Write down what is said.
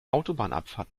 autobahnabfahrt